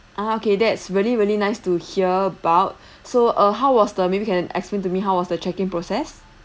ah okay that's really really nice to hear about so uh how was the maybe can explain to me how was the check in process